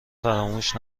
فراموش